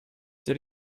did